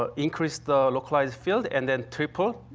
ah increase the localized field. and then triple,